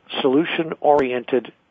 solution-oriented